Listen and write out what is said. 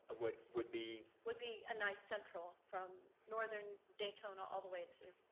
would would be? would be a nice central from northern daytona all the way to,